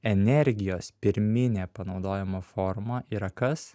energijos pirminė panaudojimo forma yra kas